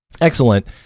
Excellent